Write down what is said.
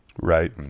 Right